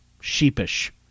sheepish